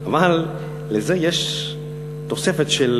אבל לזה יש תוספת של